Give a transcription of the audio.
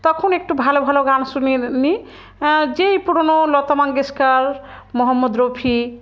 তখন একটু ভালো ভালো গান শুনে নিই যেই পুরোনো লতা মঙ্গেশকর মোহাম্মদ রফি